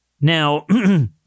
Now